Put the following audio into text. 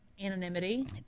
anonymity